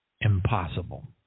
impossible